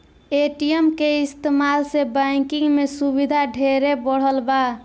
ATM के इस्तमाल से बैंकिंग के सुविधा ढेरे बढ़ल बा